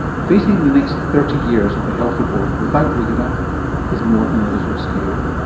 facing the next thirty years of the health report without brigitte ah is more than a little scary.